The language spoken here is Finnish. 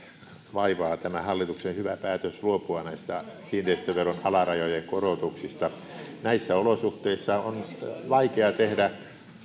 vaivaa tämä hallituksen hyvä päätös luopua näistä kiinteistöveron alarajojen korotuksista näissä olosuhteissa on vaikea tehdä